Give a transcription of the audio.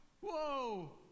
Whoa